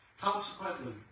Consequently